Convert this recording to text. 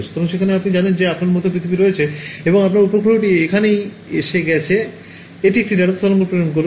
সুতরাং সেখানে আপনি জানেন যে আপনার মতো পৃথিবী রয়েছে এবং আপনার উপগ্রহটি এখনই এখানে এসে গেছে এটি একটি রাডার তরঙ্গ প্রেরণ করবে